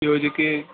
ॿियो जेके